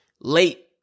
late